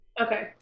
Okay